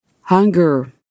hunger